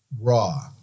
raw